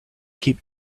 keep